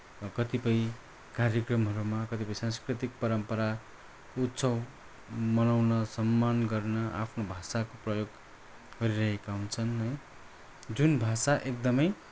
कतिपय कार्यक्रमहरूमा कतिपय सांस्कृतिक परम्परा उत्सव मनाउन सम्मान गर्न आफ्नो भाषाको प्रयोग गरिरहेका हुन्छन् है जुन भाषा एकदमै